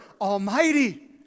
Almighty